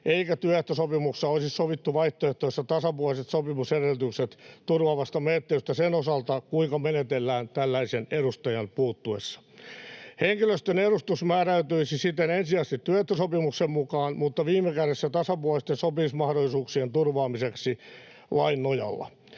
eikä työehtosopimuksessa olisi sovittu vaihtoehtoisesta, tasapuoliset sopimusedellytykset turvaavasta menettelystä sen osalta, kuinka menetellään tällaisen edustajan puuttuessa. Henkilöstön edustus määräytyisi siten ensisijaisesti työehtosopimuksen mukaan mutta viime kädessä tasapuolisten sopimismahdollisuuksien turvaamiseksi lain nojalla.